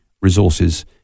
resources